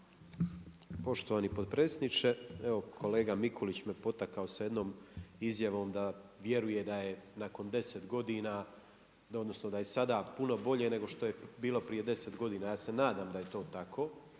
Poštovani potpredsjedniče. Evo kolega Mikulić me potakao sa jednom izjavom da vjeruje da je nakon deset godina odnosno da je sada puno bolje nego što je bilo prije deset godina. Ja se nadam da je to tako.